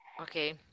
Okay